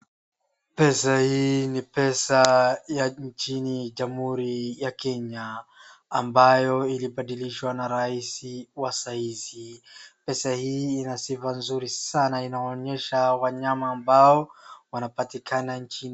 Pesa hii ni pesa ya nchini jamhuri ya Kenya ambayo ilibadilishwa na rais wa saa hizi. Pesa hii ina sifa nzuri sana, inaonyesha wanyama ambao wanapatikana nchini.